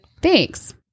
thanks